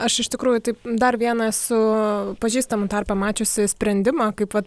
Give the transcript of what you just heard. aš iš tikrųjų taip dar vieną esu pažįstamų tarpe mačiusi sprendimą kaip vat